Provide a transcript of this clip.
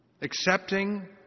accepting